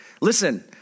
listen